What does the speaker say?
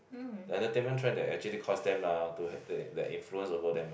the entertainment trend that actually cause them uh to to like influence over them ah